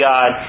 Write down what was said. God